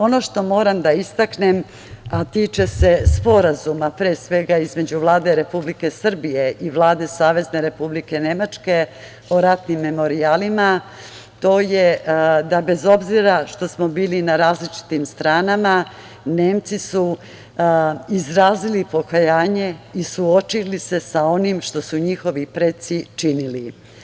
Ono što moram da istaknem, a tiče se sporazuma, pre svega između Vlade Republike Srbije i Vlade Savezne Republike Nemačke, o ratnim memorijalima, to je da bez obzira što smo bili na različitim stranama, Nemci su izrazili pokajanje i suočili se sa onim što su njihovi preci činili.